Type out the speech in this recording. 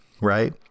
right